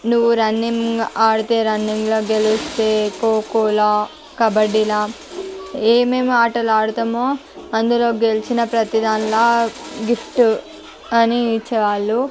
నువ్వు రన్నింగ్ ఆడితే రన్నింగ్లో గెలుస్తే కోకోలో కబడ్డీలో ఏమేమి ఆటలాడుతామో అందులో గెలిచిన ప్రతి దాంట్లో గిఫ్ట్ అని ఇచ్చేవాళ్ళు